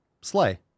Slay